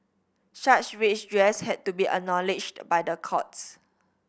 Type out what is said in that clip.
such redress had to be acknowledged by the courts